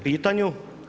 pitanju.